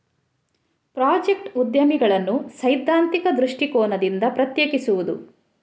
project ಉದ್ಯಮಿಗಳನ್ನು ಸೈದ್ಧಾಂತಿಕ ದೃಷ್ಟಿಕೋನದಿಂದ ಪ್ರತ್ಯೇಕಿಸುವುದು